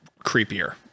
creepier